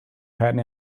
patent